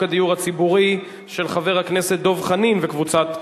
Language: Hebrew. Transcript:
הדיור הציבורי (זכויות רכישה) (תיקון,